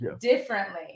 differently